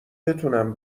بتونم